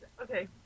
okay